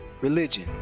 religion